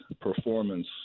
performance